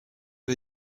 wir